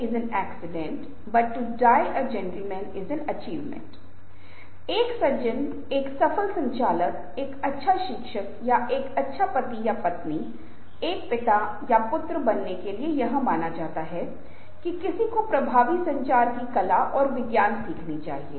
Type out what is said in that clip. इसलिए यह हमारे पास होना चाहिए क्योंकि यह शब्द की शक्ति है जिसका अर्थ है कि हम जो भी बोल रहे हैं वह प्रत्येक वाक्य और शब्द को बहुत मापा जाना चाहिए इस अवसर के लिए उपयुक्त हमें अपनी आक्रामकता अपने क्रोध को नियंत्रित करने की कोशिश करनी चाहिए और हमें बहुत आसानी से बहुत अधिक भावुक नहीं होना चाहिए